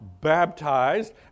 baptized